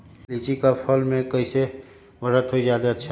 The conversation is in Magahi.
लिचि क फल म कईसे बढ़त होई जादे अच्छा?